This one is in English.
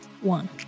one